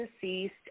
deceased